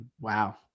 Wow